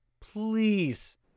please